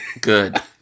good